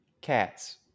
Cats